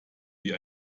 wie